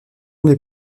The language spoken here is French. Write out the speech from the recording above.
des